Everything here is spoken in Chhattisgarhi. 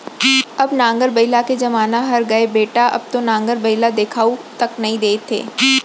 अब नांगर बइला के जमाना हर गय बेटा अब तो नांगर बइला देखाउ तक नइ देत हे